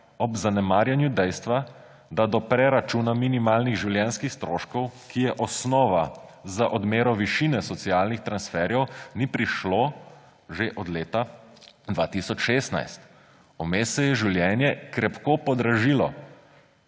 ob zanemarjanju dejstva, da do preračuna minimalnih življenjskih stroškov, ki je osnova za odmero višine socialnih transferjev, ni prišlo že od leta 2016. Vmes se je življenje krepko podražilo,